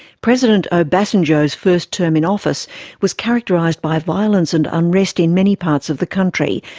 president ah obasanjo's first term in office was characterised by violence and unrest in many parts of the country,